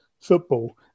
football